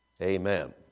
Amen